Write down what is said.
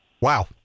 wow